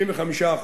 של 55%,